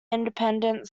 independent